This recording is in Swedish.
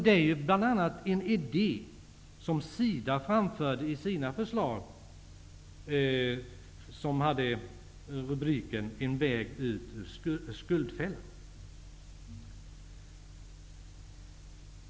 Det är en idé som SIDA framförde i sina förslag som har rubriken En väg ut ur ''skuldfällan''.